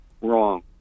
wrong